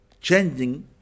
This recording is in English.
changing